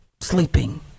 sleeping